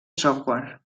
software